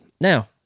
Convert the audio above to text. Now